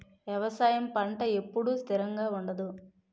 వ్యవసాయం పంట ఎప్పుడు స్థిరంగా ఉండదు